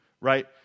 Right